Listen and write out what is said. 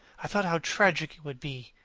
i thought how tragic it would be